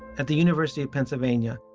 at the university of pennsylvania,